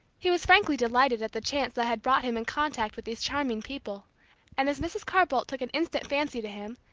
he was frankly delighted at the chance that had brought him in contact with these charming people and as mrs. carr-bolt took an instant fancy to him,